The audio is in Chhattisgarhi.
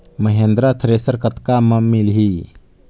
महिंद्रा थ्रेसर कतका म मिलही?